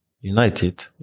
United